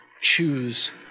choose